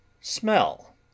Smell